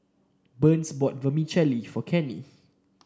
Burns bought Vermicelli for Kenney